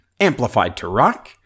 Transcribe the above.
AmplifiedToRock